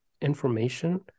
information